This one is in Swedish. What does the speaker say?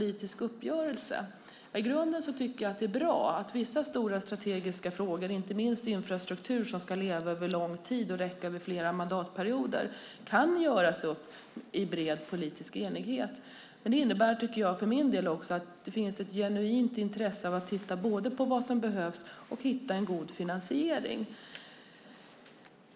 I grunden tycker jag att det är bra att vissa stora strategiska frågor, inte minst infrastruktur som ska leva över lång tid och räcka över flera mandatperioder, kan göras upp i bred politisk enighet. Det innebär att det finns ett intresse både av att titta på vad som behövs och att hitta en god finansiering.